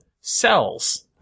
cells